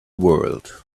world